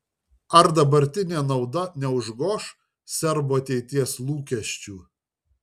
ar dabartinė nauda neužgoš serbų ateities lūkesčių